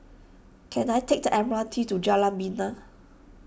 can I take the M R T to Jalan Bena